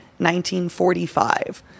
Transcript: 1945